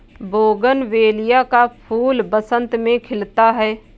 bougainvillea का फूल बसंत में खिलता है